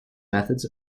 methods